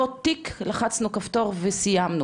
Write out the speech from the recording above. לא תיק-לחצנו כפתור וסיימנו,